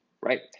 right